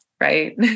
right